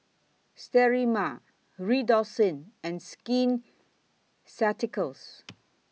Sterimar Redoxon and Skin Ceuticals